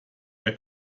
der